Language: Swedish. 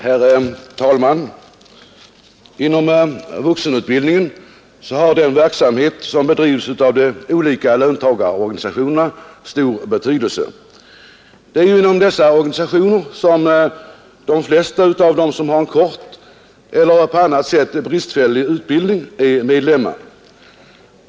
Herr talman! Inom vuxenutbildningen har den verksamhet som bedrivs av de olika löntagarorganisationerna stor betydelse. Det är ju inom dessa organisationer som de flesta av dem som har kort eller på annat sätt bristfällig utbildning är medlemmar.